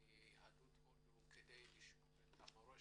מיהדות הודו כדי לשמור את המורשת.